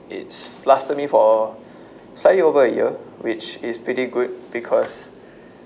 it's lasted me for slightly over a year which is pretty good because